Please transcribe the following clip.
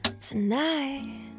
Tonight